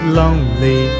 lonely